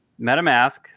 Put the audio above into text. MetaMask